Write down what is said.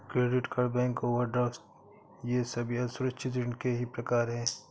credit card bank overdraft ये सभी असुरक्षित ऋण के ही प्रकार है